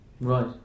Right